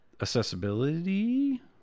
accessibility